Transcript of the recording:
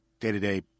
day-to-day